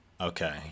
Okay